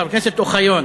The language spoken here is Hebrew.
ולחבר הכנסת אוחיון,